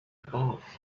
off